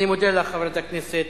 אני מודה לך, חברת הכנסת